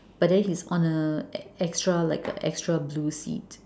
but then he is on a ex~ extra like a extra blue seat